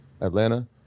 Atlanta